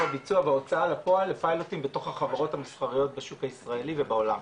הביצוע וההוצאה לפועל בתוך החברות המסחריות בשוק הישראלי ובעולם.